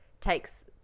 takes